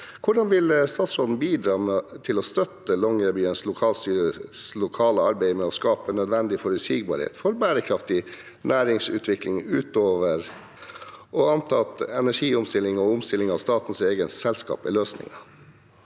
Hvordan vil statsråden bidra til å støtte Longyearbyens lokalstyres lokale arbeid med å skape nødvendig forutsigbarhet for bærekraftig næringsutvikling, utover å anta at energiomstilling og omstilling av statens eget selskap er løsningen?